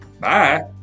Bye